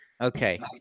Okay